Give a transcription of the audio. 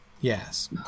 yes